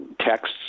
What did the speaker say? texts